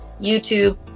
YouTube